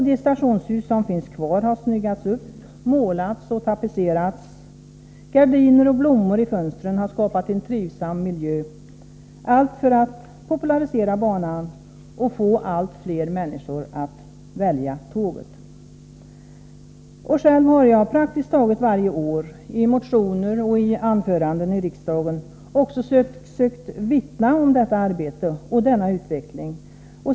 De stationshus som finns kvar har snyggats upp, målats och tapetserats. Gardiner och blommor i fönstren har skapat en trivsam miljö — allt för att popularisera banan och få allt fler människor att välja tåget. Själv har jag praktiskt taget varje år i motioner och anföranden i riksdagen sökt vittna om detta arbete och denna utveckling.